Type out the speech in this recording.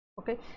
Okay